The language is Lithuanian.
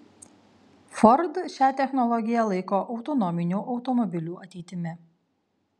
ford šią technologiją laiko autonominių automobilių ateitimi